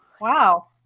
Wow